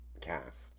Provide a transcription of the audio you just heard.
cast